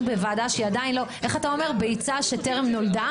שעדיין לא איך אתה אומר - ביצה שטרם נולדה.